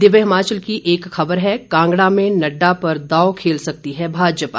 दिव्य हिमाचल की एक खबर है कांगड़ा में नड्डा पर दांव खेल सकती है भाजपा